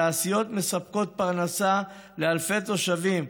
התעשיות מספקות פרנסה לאלפי תושבים,